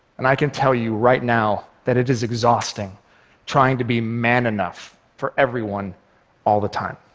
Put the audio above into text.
and i can tell you right now that it is exhausting trying to be man enough for everyone all the time.